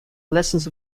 lessons